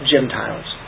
Gentiles